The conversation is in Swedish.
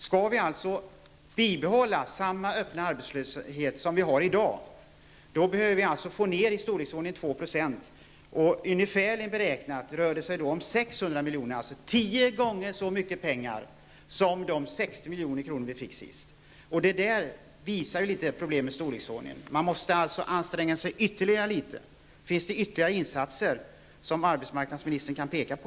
Skall vi bibehålla samma öppna arbetslöshet som vi har i dag, behöver vi minska den med 2 % och då behövs det 600 milj.kr., alltså tio gånger så mycket pengar som vi fick senast. Detta visar problemets storlek. Man måste anstränga sig ytterligare. Finns det flera insatser som arbetsmarknadsministern kan peka på?